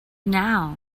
now